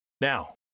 now